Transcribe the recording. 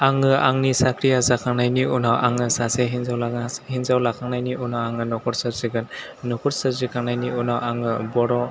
आङो आंनि साख्रिया जाखांनायनि उनाव आङो सासे हिन्जाव लानो हासि हिन्जाव लाखांनायनि उनाव आङो नखर सोरजिगोन नखर सोरजिखांनायनि उनाव आङो बर'